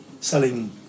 selling